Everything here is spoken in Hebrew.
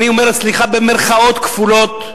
אני אומר, סליחה, במירכאות כפולות,